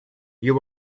you